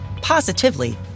positively